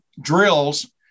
drills